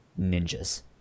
ninjas